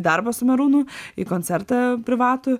darbą su merūnu į koncertą privatų